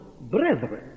brethren